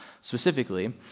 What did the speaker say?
specifically